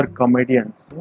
comedians